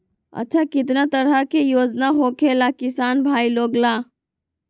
अच्छा कितना तरह के योजना होखेला किसान भाई लोग ला?